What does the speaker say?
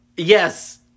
yes